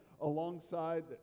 alongside